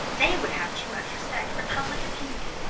they would have too much respect for public opinion.